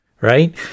Right